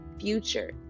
future